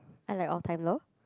I like all-time-low